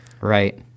Right